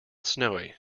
snowy